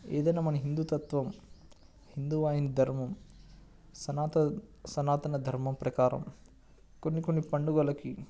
ఏదైన్నా మన హిందుతత్వం హిందు వాహిని ధర్మం సనాతన్ సనాతన ధర్మం ప్రకారం కొన్ని కొన్ని పండుగలకి